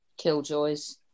killjoys